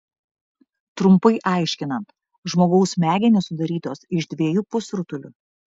trumpai aiškinant žmogaus smegenys sudarytos iš dviejų pusrutulių